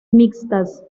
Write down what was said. mixtas